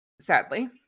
sadly